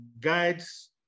guides